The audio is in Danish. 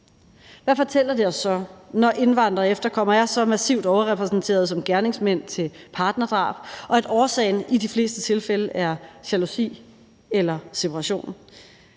Hvad fortæller det os så, når indvandrere og efterkommere er så massivt overrepræsenteret som gerningsmænd til partnerdrab, og at årsagen i de fleste tilfælde er jalousi eller separation?